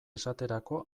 esaterako